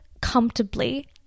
comfortably